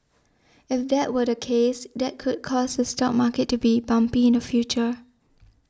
if that were the case that could cause the stock market to be bumpy in the future